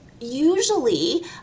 Usually